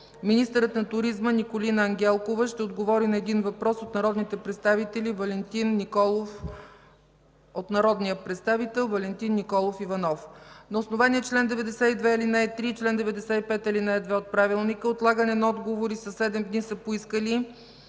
Министърът на туризма Николина Ангелкова ще отговори на един въпрос от народния представител Валентин Николов Иванов. На основание чл. 92, ал. 3 и чл. 95, ал. 2 от Правилника, отлагане на отговори със седем дни са поискали: